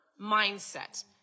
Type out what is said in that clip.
mindset